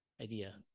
idea